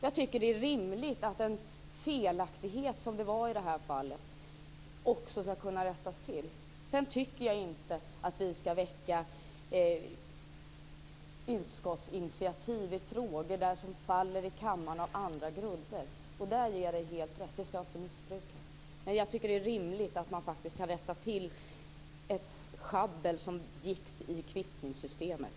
Jag tycker att det är rimligt att en felaktighet, som det var i det här fallet, också skall kunna rättas till. Sedan tycker jag inte att vi skall väcka utskottsinitiativ i frågor som faller i kammaren på andra grunder, och där ger jag Göran Magnusson helt rätt; detta skall inte missbrukas. Men jag tycker att det är rimligt att man faktiskt kan rätta till ett sjabbel som begicks i kvittningssystemet.